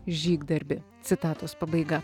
žygdarbį citatos pabaiga